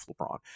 LeBron